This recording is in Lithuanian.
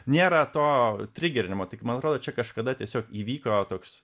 nėra to trigerinimo tik man atrodo čia kažkada tiesiog įvyko toks